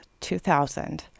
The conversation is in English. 2000